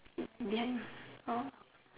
behind